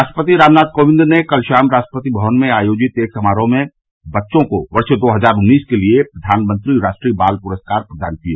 राष्ट्रपति रामनाथ कोविंद ने कल शाम राष्ट्रपति भवन में आयोजित एक समारोह में बच्चों को वर्ष दो हजार उन्नीस के लिए प्रघानमंत्री राष्ट्रीय बाल पुरस्कार प्रदान किए